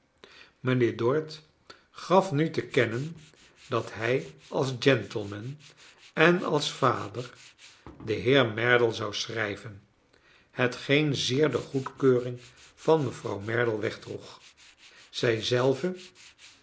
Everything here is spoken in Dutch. mijnheer dorrit gaf au te kennen dat hij als gentleman en als vader den heer merdle zou schrijven hetgeen zeer de goedkeuring van mevrouw merdle wegdroeg zij zelve